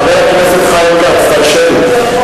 חבר הכנסת חיים כץ, תרשה לי.